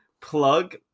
plug